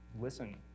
listen